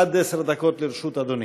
עד עשר דקות לרשות אדוני.